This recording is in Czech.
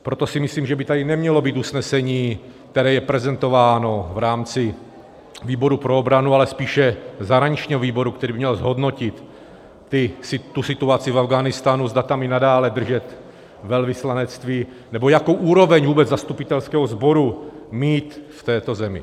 Proto si myslím, že by tady nemělo být usnesení, které je prezentováno v rámci výboru pro obranu, ale spíše zahraničního výboru, který by měl zhodnotit tu situaci v Afghánistánu, zda tam i nadále držet velvyslanectví, nebo jakou úroveň vůbec zastupitelského sboru mít v této zemi.